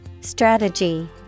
Strategy